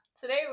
Today